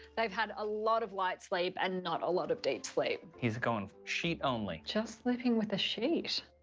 they've had a lot of light sleep and not a lot of deep sleep. he's going sheet only. just sleeping with the sheet.